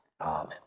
Amen